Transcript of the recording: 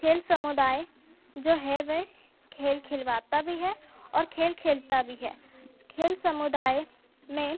खेल समुदाय जो है वह खेल खिलवाता भी है और खेल खेलता बी है खेल समुदाय में